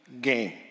game